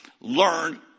Learn